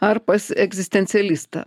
ar pas egzistencialistą